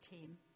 team